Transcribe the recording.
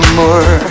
more